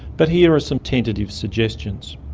but here are some tentative suggestions.